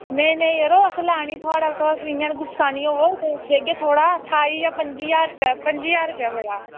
नेई नेई जरो असें लैनी थोह्ड़े कोलां तुस इ'यां गुस्सा नीं होवो देगे थोह्ड़ा ठाई जां पंजी ज्हार रपेआ पंजी ज्हार पेआ बड़ा